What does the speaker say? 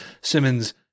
Simmons